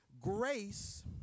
grace